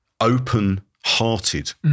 open-hearted